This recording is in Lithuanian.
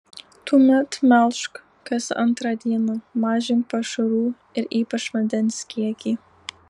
tuomet melžk kas antrą dieną mažink pašarų ir ypač vandens kiekį